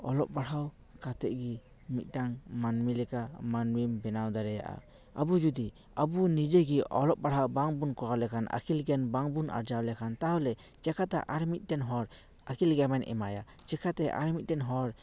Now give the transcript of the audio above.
ᱚᱞᱚᱜ ᱯᱟᱲᱦᱟᱣ ᱠᱟᱛᱮᱫ ᱜᱮ ᱢᱤᱫᱴᱟᱝ ᱢᱟᱹᱱᱢᱤ ᱞᱮᱠᱟ ᱢᱟᱹᱱᱢᱤᱢ ᱵᱮᱱᱟᱣ ᱫᱟᱲᱮᱭᱟᱜᱼᱟ ᱟᱵᱚ ᱡᱩᱫᱤ ᱟᱵᱚ ᱱᱤᱡᱮ ᱜᱮ ᱚᱞᱚᱜ ᱯᱟᱲᱦᱟᱣ ᱵᱟᱝ ᱵᱚᱱ ᱠᱚᱨᱟᱣ ᱞᱮᱠᱷᱟᱱ ᱟᱹᱠᱤᱞ ᱜᱮᱭᱟᱱ ᱵᱟᱝ ᱵᱚᱱ ᱟᱨᱡᱟᱣ ᱞᱮᱠᱷᱟᱱ ᱛᱟᱦᱚᱞᱮ ᱪᱮᱠᱟᱛᱮ ᱟᱨ ᱢᱤᱫᱴᱮᱱ ᱦᱚᱲ ᱟᱹᱠᱤᱞ ᱜᱮᱭᱟᱱᱮᱢ ᱮᱢᱟᱭᱟ ᱪᱮᱠᱟ ᱛᱮ ᱟᱨ ᱢᱤᱫᱴᱮᱱ ᱦᱚᱲ